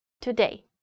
Today